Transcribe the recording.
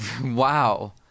Wow